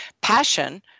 passion